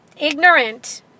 ignorant